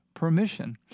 Permission